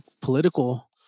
political